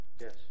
yes